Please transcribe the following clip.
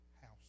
house